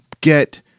get